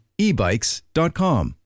ebikes.com